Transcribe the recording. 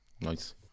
Nice